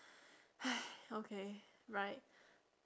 !hais! okay right